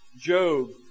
Job